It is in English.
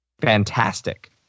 fantastic